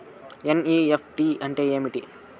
NEFT అంటే ఏమి